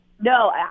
no